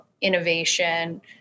innovation